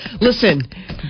Listen